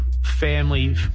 family